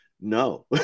no